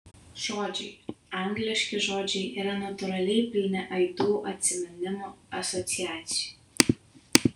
žodžiai angliški žodžiai yra natūraliai pilni aidų atsiminimų asociacijų